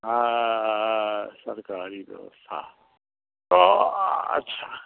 हाँ सरकारी व्यवस्था तो अच्छा